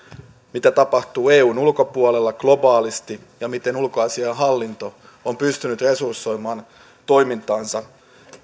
mitä tapahtuu eun ulkopuolella globaalisti ja miten ulkoasiainhallinto on pystynyt resursoimaan toimintaansa